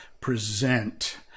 present